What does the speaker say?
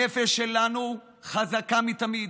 הנפש שלנו חזקה מתמיד.